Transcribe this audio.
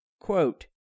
Quote